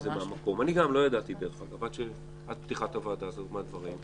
גם אני לא ידעתי, עד פתיחת הוועדה הזו, מהדברים.